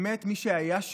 מי שהיה שם,